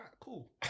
cool